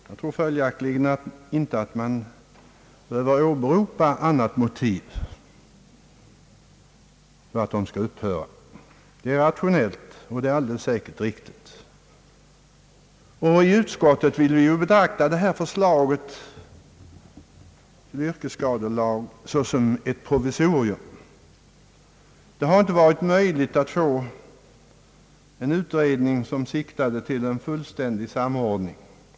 Jag tror följaktligen inte att man behöver åberopa något annat motiv för att socialförsäkringsbolagen skall upphöra. Det är rationellt, och det är alldeles säkert riktigt. I utskottet betraktar vi förslaget till yrkesskadelag som ett provisorium. Det har inte varit möjligt att få en utredning som siktade till en fullständig samordning.